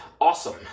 awesome